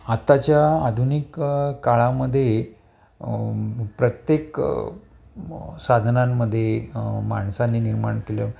आत्ताच्या आधुनिक काळामध्ये प्रत्येक साधनांमदे माणसाने निर्माण केल